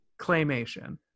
Claymation